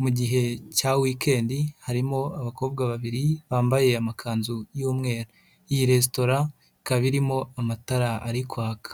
mu gihe cya wikendi, harimo abakobwa babiri bambaye amakanzu y'umweru, iyi resitora ikaba irimo amatara ari kwaka.